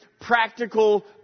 practical